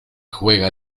juega